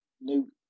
new